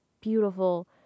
beautiful